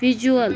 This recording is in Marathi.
व्हिजुअल